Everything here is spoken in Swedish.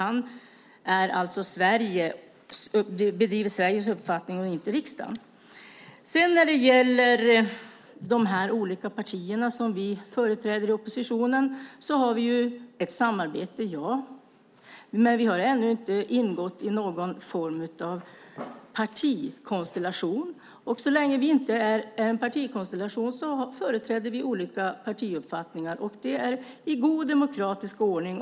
Han tycker att det är han och inte riksdagen som står för Sveriges uppfattning. Vi i de partier som företräder oppositionen har ett samarbete - ja. Men vi har ännu inte ingått i någon form av partikonstellation. Så länge vi inte är en partikonstellation företräder vi olika partiuppfattningar - i god demokratisk ordning.